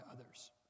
others